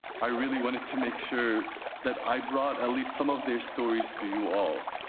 i really wanted to make sure that i brought at least some of their stories to you all,